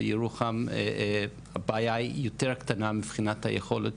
בירוחם הבעיה היא יותר קטנה מבחינת היכולת